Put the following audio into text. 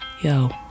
Yo